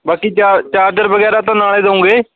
ਬਾਕੀ ਚਾ ਚਾਰਜਰ ਵਗੈਰਾ ਤਾਂ ਨਾਲੇ ਦਿਉਂਗੇ